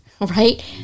right